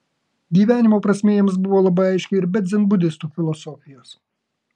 gyvenimo prasmė jiems buvo labai aiški ir be dzenbudistų filosofijos